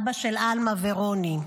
אבא של עלמה ורוני.